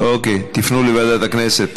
תפנו לוועדת הכנסת.